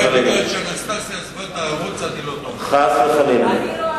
חס וחלילה.